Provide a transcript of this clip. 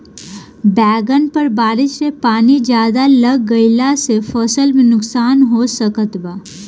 बैंगन पर बारिश के पानी ज्यादा लग गईला से फसल में का नुकसान हो सकत बा?